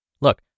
Look